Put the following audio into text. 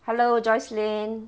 hello joycelyn